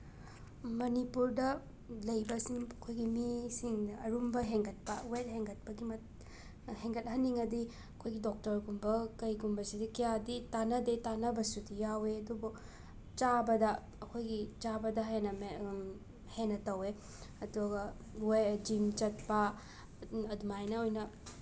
ꯃꯅꯤꯄꯨꯔꯗ ꯂꯩꯕꯁꯤꯡ ꯑꯩꯈꯣꯏꯒꯤ ꯃꯤꯁꯤꯡꯅ ꯑꯔꯨꯝꯕ ꯍꯦꯟꯒꯠꯄ ꯋꯦꯠ ꯍꯦꯟꯒꯠꯄꯒꯤ ꯍꯦꯟꯒꯠꯍꯟꯅꯤꯡꯉꯗꯤ ꯑꯩꯈꯣꯏꯒꯤ ꯗꯣꯛꯇꯔꯒꯨꯝꯕ ꯀꯩꯒꯨꯝꯕꯁꯤꯗꯤ ꯀꯌꯥꯗꯤ ꯇꯥꯟꯅꯗꯦ ꯇꯥꯟꯅꯕꯁꯨ ꯌꯥꯎꯋꯦ ꯑꯗꯨꯕꯨ ꯆꯥꯕꯗ ꯑꯩꯈꯣꯏꯒꯤ ꯆꯥꯕꯗ ꯍꯦꯟꯅ ꯍꯦꯟꯅ ꯇꯧꯋꯦ ꯑꯗꯨꯒ ꯖꯤꯝ ꯆꯠꯄ ꯑꯗꯨꯃꯥꯏꯅ ꯑꯣꯏꯅ